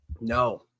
No